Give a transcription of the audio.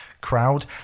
crowd